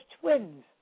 twins